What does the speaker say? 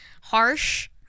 harsh